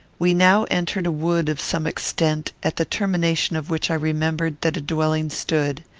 we now entered a wood of some extent, at the termination of which i remembered that a dwelling stood.